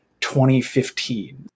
2015